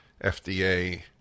FDA